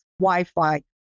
Wi-Fi